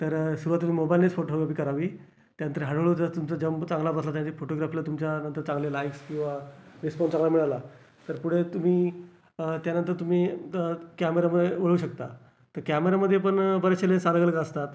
तर सुरुवातीला मोबईलनेच फोटोग्राफी करावी त्यानंतर हळूहळू जस्ं तुमचा जम चांगला बसला तर फोटोग्राफीला तुमच्यानंतर चांगले लाईक्स किंवा रिस्पॉन्स चांगला मिळाला तर पुढे तुम्ही त्यानंतर तुम्ही द कॅमेरामध्ये वळू शकता तर कॅमेरामध्ये पण बरेचसे लेन्स अलग अलग असतात